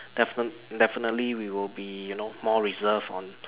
defin~ definitely we would be more reserved on